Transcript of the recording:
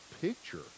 picture